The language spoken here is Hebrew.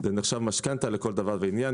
משכנתא, לכל דבר ועניין.